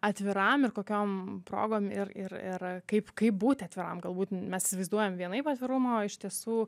atviram ir kokiom progom ir ir ir kaip kaip būti atviram galbūt mes įsivaizduojam vienaip atvirumą o iš tiesų